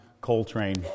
Coltrane